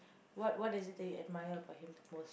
what what is it did you admire about him the most